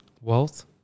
Wealth